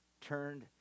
turned